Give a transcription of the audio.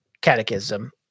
Catechism